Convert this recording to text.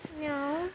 No